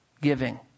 giving